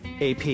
AP